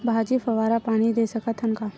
भाजी फवारा पानी दे सकथन का?